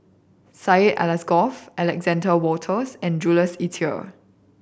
Syed Alsagoff Alexander Wolters and Jules Itier